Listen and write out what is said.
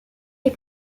les